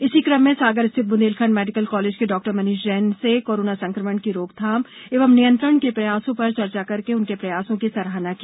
इसी क्रम में सागर स्थित बुंदेलखंड मेडिकल कॉलेज के डॉ मनीष जैन से कोरोना संक्रमण की रोकथाम एवं नियंत्रण के प्रयासों पर चर्चा कर उनक प्रयासों की सराहना की